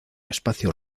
espacio